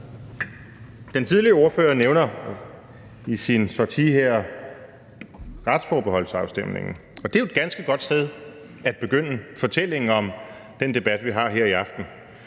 Den tidligere ordfører nævner i sin sortie her retsforbeholdsafstemningen, og det er jo et ganske godt sted at begynde fortællingen om den debat, vi har her i aften.